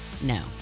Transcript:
No